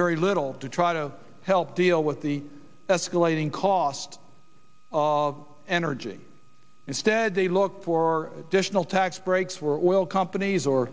very little to try to help deal with the escalating cost of energy instead they look for additional tax breaks for oil companies or